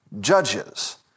Judges